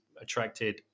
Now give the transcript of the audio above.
attracted